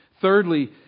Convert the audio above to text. Thirdly